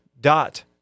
dot